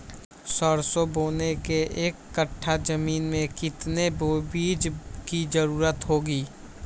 सरसो बोने के एक कट्ठा जमीन में कितने बीज की जरूरत होंगी?